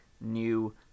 new